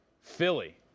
Philly